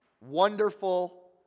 wonderful